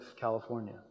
California